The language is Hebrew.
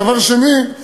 דבר שני,